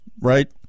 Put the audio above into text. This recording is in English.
right